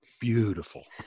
beautiful